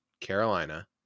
Carolina